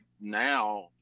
Now